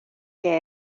que